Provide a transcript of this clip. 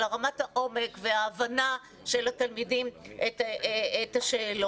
אלא רמת העומק וההבנה של התלמידים את השאלות.